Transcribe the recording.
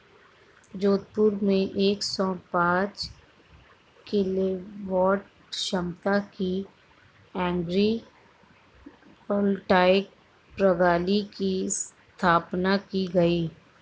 जोधपुर में एक सौ पांच किलोवाट क्षमता की एग्री वोल्टाइक प्रणाली की स्थापना की गयी